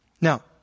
now